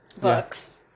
books